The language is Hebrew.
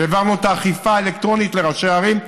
והעברנו את האכיפה האלקטרונית לראשי הערים.